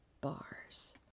bars